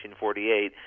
1948